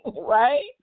right